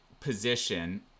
position